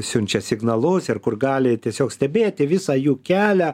siunčia signalus ir kur gali tiesiog stebėti visą jų kelią